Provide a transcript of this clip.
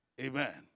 Amen